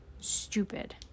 Stupid